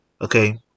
Okay